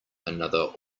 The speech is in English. another